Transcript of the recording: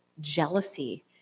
jealousy